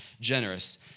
generous